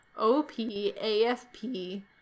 OPAFP